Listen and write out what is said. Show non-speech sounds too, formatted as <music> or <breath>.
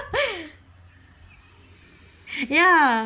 <breath> <breath> ya